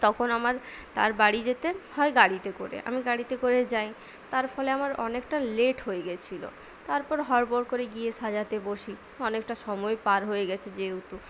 তখন আমার তার বাড়ি যেতে হয় গাড়িতে করে আমি গাড়িতে করে যাই তার ফলে আমার অনেকটা লেট হয়ে গেছিলো তারপর হড় বড় করে গিয়ে সাজাতে বসি অনেকটা সময় পার হয়ে গেছে যেহেতু